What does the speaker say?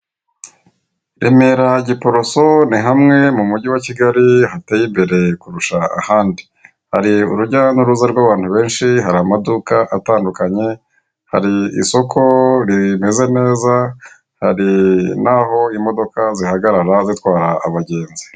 Remera Giporoso ni hamwe mumujyi wa kigali hateye imbere kurusha ahandi, hari urujya n'uruza rw'abantu benshi, hari amaduka atandukanye, hari isoko rimeze neza, hari n'aho imodoka zihagarara zitwara abagenzi.